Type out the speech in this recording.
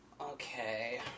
Okay